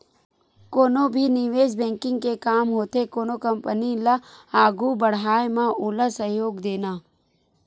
कोनो भी निवेस बेंकिग के काम होथे कोनो कंपनी ल आघू बड़हाय म ओला सहयोग देना